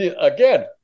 again